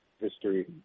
history